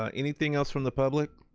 ah anything else from the public?